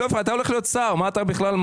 אתה הולך להיות שר, מה אתה מודאג?